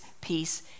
peace